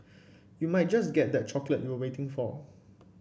you might just get that chocolate you were waiting for